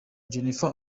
jennifer